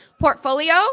portfolio